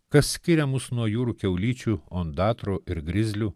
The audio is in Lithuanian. kas skiria mus nuo jūrų kiaulyčių ondatrų ir grizlių